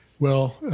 well,